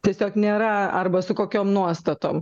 tiesiog nėra arba su kokiom nuostatom